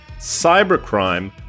cybercrime